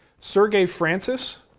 sergey francis